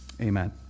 Amen